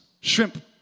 shrimp